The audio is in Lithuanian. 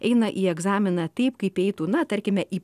eina į egzaminą taip kaip eitų na tarkime į